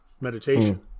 meditation